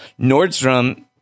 Nordstrom